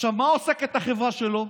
במה עוסקת החברה שלו?